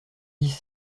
dix